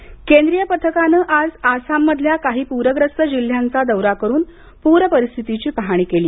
आसाम प्र केंद्रीय पथकानं आज आसाममधल्या काही पूरग्रस्त जिल्ह्यांचा दौरा करून पूर परिस्थितीची पाहणी केली